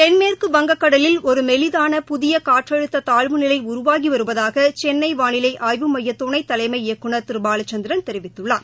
தென்மேற்கு வங்கக்கடலில் ஒரு மெலிதான புதிய காற்றழுத்த தாழ்வுநிலை உருவாகி வருவதாக சென்ளை வாளிலை ஆய்வு மைய துணைத்தலைமை இயக்குநர் திரு பாலச்சந்திரன் தெரிவித்துள்ளார்